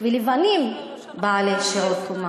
ולבנים בעלי שיעור קומה,